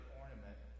ornament